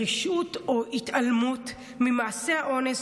אם זו רשעות או התעלמות ממעשי האונס